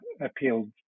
appealed